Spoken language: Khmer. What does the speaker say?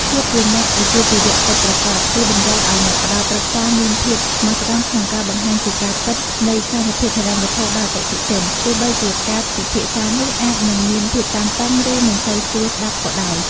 ភាពជាអ្នកវិជ្ជាជីវៈពិតប្រាកដ គឺតម្រូវឱ្យអ្នកផ្ដល់ប្រឹក្សាមានភាពស្មោះត្រង់ក្នុងការបង្ហាញពីការពិតនៃស្ថានភាពហិរញ្ញវត្ថុដល់អតិថិជន ទោះបីជាការពិភាក្សានោះអាចនឹងមានភាពតានតឹង ឬមិនសូវស្រួលស្ដាប់ក៏ដោយ។